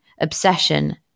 obsession